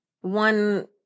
one